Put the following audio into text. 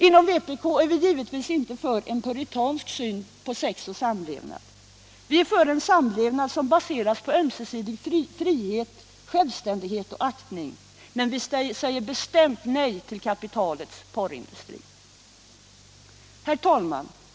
Inom vpk är vi givetvis inte för en puritansk syn på sex och samlevnad. Vi är för en samlevnad som baseras på ömsesidig frihet, självständighet och aktning. Vi säger bestämt nej till kapitalets porrindustri. Herr talman!